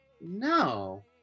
no